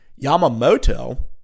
Yamamoto